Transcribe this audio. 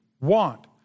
want